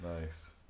nice